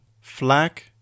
flak